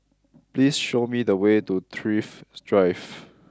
please show me the way to Thrift Drive